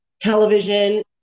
television